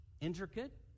Intricate